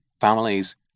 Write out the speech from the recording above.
families